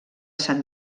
san